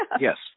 Yes